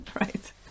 Right